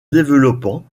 développant